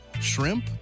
shrimp